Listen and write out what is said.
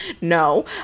No